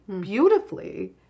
beautifully